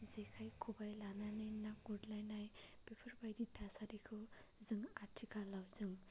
जेखाय खबाय लानानै ना गुरलायनाय बेफोरबादि थासारिखौ जों आथिखालाव जों